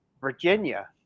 Virginia